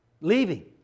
leaving